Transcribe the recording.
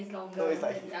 no it's like he